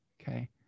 Okay